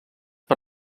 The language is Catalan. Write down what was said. per